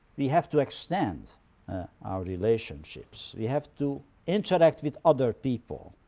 we have to extend our relationships we have to interact with other people.